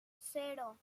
cero